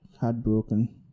heartbroken